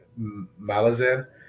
Malazan